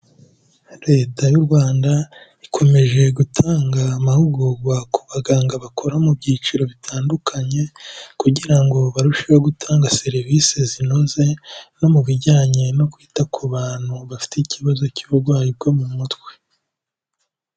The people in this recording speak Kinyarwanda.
Lta y'u Rwanda ikomeje gutanga amahugurwa ku baganga bakora mu byiciro bitandukanye kugira ngo barusheho gutanga serivise zinoze no mu bijyanye no kwita ku bantu bafite ikibazo cy'uburwayi bwo mu mutwe.